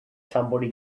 somebody